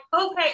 okay